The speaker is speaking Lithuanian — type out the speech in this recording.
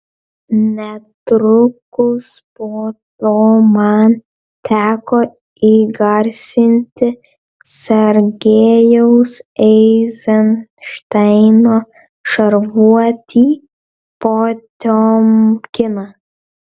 netrukus po to man teko įgarsinti sergejaus eizenšteino šarvuotį potiomkiną